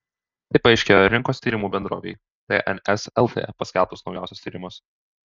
tai paaiškėjo rinkos tyrimų bendrovei tns lt paskelbus naujausius tyrimus